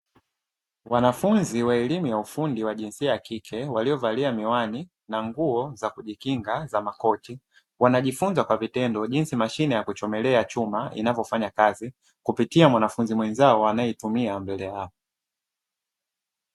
Wanafunzi wa elimu ya ufundi wa jinsia ya kike waliovalia miwani na nguo za kujikinga za makoti. Wanajifunza kwa vitendo jinsi mashine ya kuchomelea chuma inavyofanya kazi kupitia mwanafunzi mwenzao anayeitumia mbele yao.